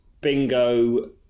bingo